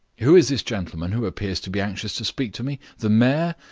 who is this gentleman who appears to be anxious to speak to me? the mayor?